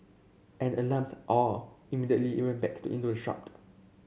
an alarmed all immediately back into the shop